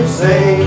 say